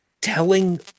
telling